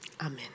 Amen